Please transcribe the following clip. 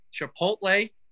chipotle